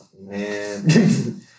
Man